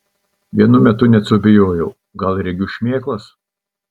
vienu metu net suabejojau gal regiu šmėklas